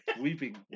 weeping